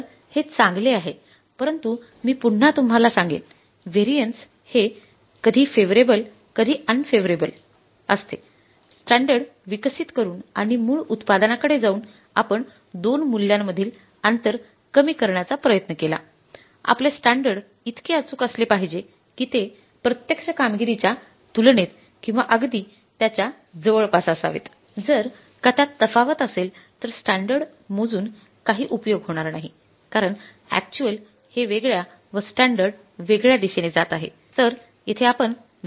तर हे चांगले आहे परंतु मी पुन्हा तुम्हाला सांगेन व्हॅरियन्स संपवत आहोत